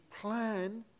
plan